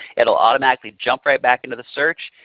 it will automatically jump right back into the search.